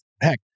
heck